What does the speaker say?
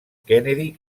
kennedy